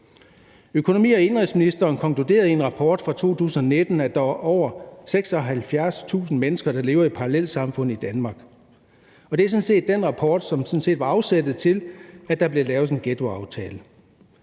Økonomi- og indenrigsministeren konkluderede i en rapport fra 2019, at der er over 76.000 mennesker, der lever i parallelsamfund i Danmark. Det er sådan set den rapport, som var afsættet til, at der blev lavet en ghettoaftale.